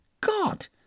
God